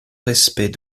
respect